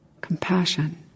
compassion